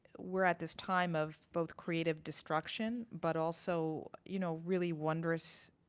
we're at this time of both creative destruction but also, you know, really wonders,